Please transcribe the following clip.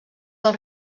del